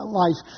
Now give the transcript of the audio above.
life